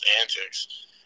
antics